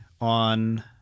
on